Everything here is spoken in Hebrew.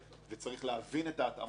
ויש להבין אותן,